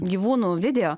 gyvūnų video